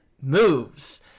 moves